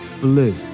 blue